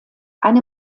eine